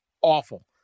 awful